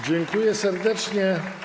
Dziękuję serdecznie.